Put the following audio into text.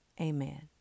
amen